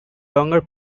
longer